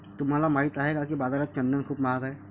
तुम्हाला माहित आहे का की बाजारात चंदन खूप महाग आहे?